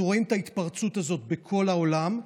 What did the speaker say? אנחנו רואים את ההתפרצות הזאת בכל העולם,